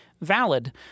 Valid